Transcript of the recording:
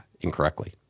incorrectly